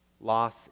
loss